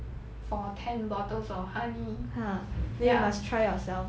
for ten bottles of honey